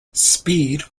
speed